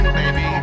baby